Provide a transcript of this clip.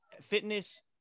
fitness